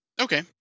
Okay